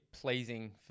pleasing